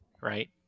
right